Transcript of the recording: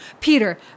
Peter